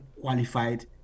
qualified